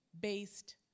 based